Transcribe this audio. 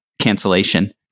cancellation